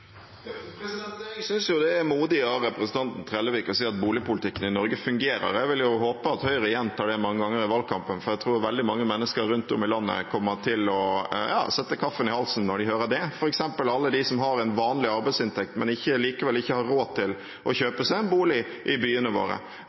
Jeg synes det er modig av representanten Trellevik å si at boligpolitikken i Norge fungerer. Jeg vil håpe at Høyre gjentar det mange ganger i valgkampen, for jeg tror veldig mange mennesker rundt om i landet kommer til å sette kaffen i halsen når de hører det – f.eks. alle dem som har en vanlig arbeidsinntekt, men som likevel ikke har råd til å kjøpe seg en bolig i byene våre,